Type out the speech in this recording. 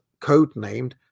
codenamed